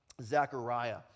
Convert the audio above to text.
Zechariah